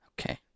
Okay